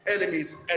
enemies